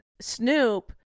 Snoop